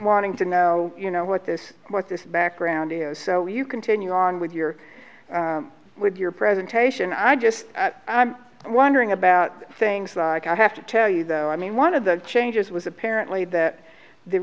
wanting to know you know what this what this background is so you continue on with your with your presentation i just wondering about things like i have to tell you though i mean one of the changes was apparently that the